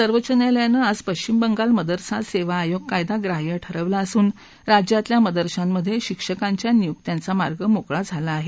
सर्वोच्च न्यायालयानं आज पश्चिम बंगाल मदरसा सेवा आयोग कायदा ग्राह्य ठरवला असून राज्यातल्या मदरशांमध्ये शिक्षकांच्या नियुक्त्यांचा मार्ग मोकळा झाला आहे